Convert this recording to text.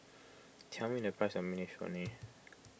tell me the price of Minestrone